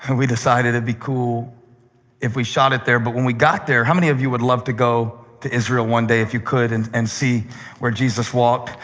and we decided it would be cool if we shot it there, but when we got there, how many of you would love to go to israel one day, if you could, and and see where jesus walked?